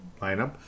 lineup